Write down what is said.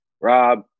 Rob